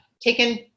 taken